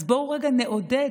אז בואו רגע נעודד,